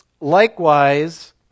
Likewise